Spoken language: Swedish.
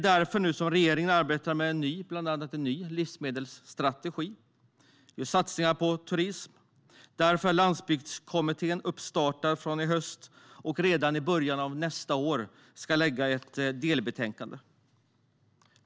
Därför arbetar regeringen nu med en ny livsmedelsstrategi och gör satsningar på turism. Därför har Landsbygdskommittén startat i höst och ska redan i början av nästa år lägga fram ett delbetänkande.